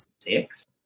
six